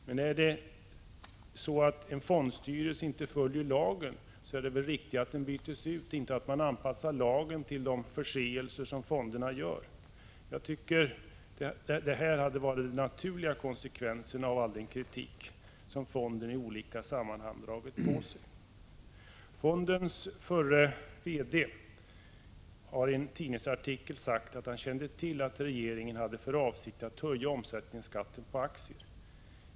Men är det så att en fondstyrelse inte följer lagen, är det väl riktigare att den byts ut, inte att man anpassar lagen efter de förseelser som den har begått? Jag tycker att det hade varit den naturliga konsekvensen av all den kritik som fonden i olika sammanhang har dragit på sig. Fondens förre VD har i en tidningsartikel sagt att han kände till att regeringen hade för avsikt att höja omsättningsskatten på aktier.